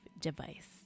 device